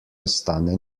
ostane